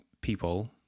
people